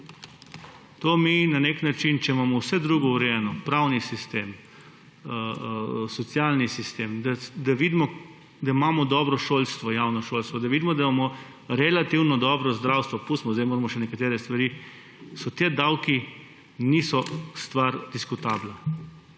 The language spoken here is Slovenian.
davčne zakonodaje. Če imamo vse drugo urejeno, pravni sistem, socialni sistem, da vidimo, da imamo dobro javno šolstvo, da vidimo, da imamo relativno dobro zdravstvo,« pustimo, zdaj moramo še nekatere stvari, »ti davki niso stvar diskutabla.«